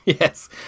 Yes